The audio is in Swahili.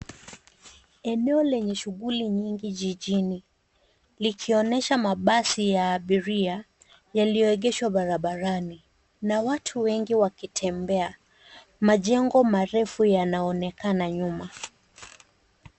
Eneo lenye shughuli nyingi jijini likionyesha mabasi ya abiria yaliyoegeshwa barabarani na watu wengi wakitembea. Majengo marefu yanaonekana nyuma.